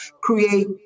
create